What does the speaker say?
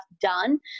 done